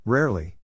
Rarely